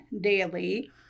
daily